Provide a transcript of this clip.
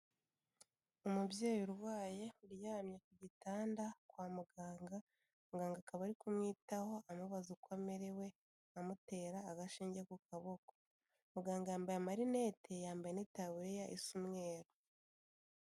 Umubyeyi urwaye, uryamye ku gitanda, kwa muganga, muganga akaba ari kumwitaho, amubaza uko amerewe, amutera agashinge ku kaboko. Muganga yambaye amarinete, yambaye n'itaburiya isa umweru.